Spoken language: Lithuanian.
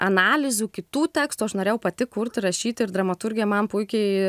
analizių kitų tekstų aš norėjau pati kurti rašyti ir dramaturgija man puikiai